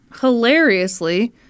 hilariously